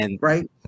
Right